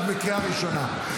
את בקריאה ראשונה.